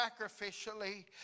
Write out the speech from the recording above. sacrificially